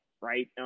Right